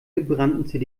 gebrannten